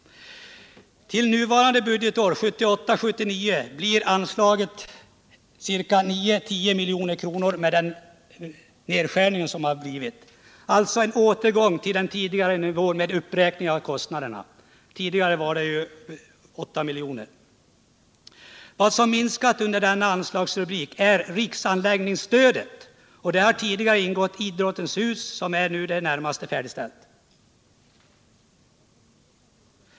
För nuvarande budgetår, 1978/79, blir anslaget 9-10 milj.kr. efter den nedskärning som gjorts, dvs. en återgång till den tidigare nivån, med uppräkning för automatiska kostnadsökningar. Tidigare var anslaget 8 milj.kr. Vad som har minskat under denna anslagsrubrik är riksanläggningsstödet. I detta anslag har tidigare ingått bidrag till Idrottens Hus, som nu är i det närmaste färdigställt.